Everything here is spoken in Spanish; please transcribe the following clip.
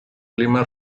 clima